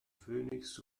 phoenix